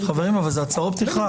חברים, אבל זה הצהרות פתיחה.